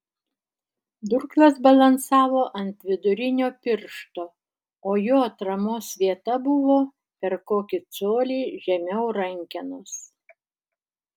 durklas balansavo ant vidurinio piršto o jo atramos vieta buvo per kokį colį žemiau rankenos